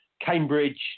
Cambridge